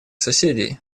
соседей